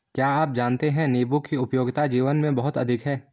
क्या आप जानते है नीबू की उपयोगिता जीवन में बहुत अधिक है